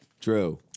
True